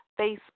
Facebook